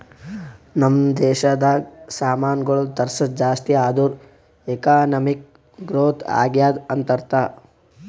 ನಮ್ ದೇಶನಾಗ್ ಸಾಮಾನ್ಗೊಳ್ ತರ್ಸದ್ ಜಾಸ್ತಿ ಆದೂರ್ ಎಕಾನಮಿಕ್ ಗ್ರೋಥ್ ಆಗ್ಯಾದ್ ಅಂತ್ ಅರ್ಥಾ